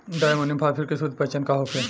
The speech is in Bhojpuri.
डाई अमोनियम फास्फेट के शुद्ध पहचान का होखे?